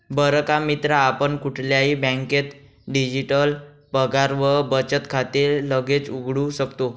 बर का मित्रा आपण कुठल्याही बँकेत डिजिटल पगार व बचत खाते लगेच उघडू शकतो